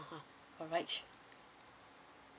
(uh huh) alright sure